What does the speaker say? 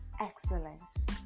excellence